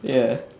ya